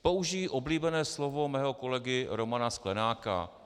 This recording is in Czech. Použiji oblíbené slovo svého kolegy Romana Sklenáka.